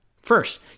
First